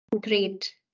great